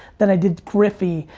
than i did griffey.